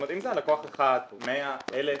אם זה היה לקוח אחד, 100, 1000,